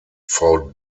frau